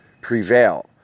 prevail